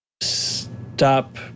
stop